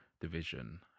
division